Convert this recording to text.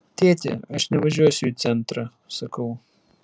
tėti aš nevažiuosiu į centrą sakau